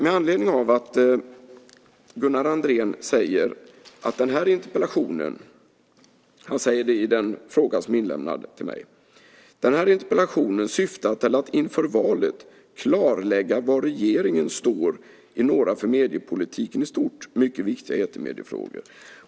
Gunnar Andrén säger i den fråga som är inlämnad till mig: Den här interpellationen syftar till att inför valet klarlägga var regeringen står i några för mediepolitiken i stort mycket viktiga etermediefrågor.